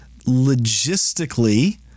logistically